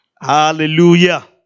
Hallelujah